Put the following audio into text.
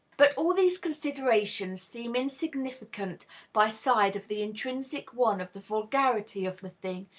but all these considerations seem insignificant by side of the intrinsic one of the vulgarity of the thing,